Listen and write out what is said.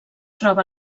troba